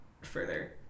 further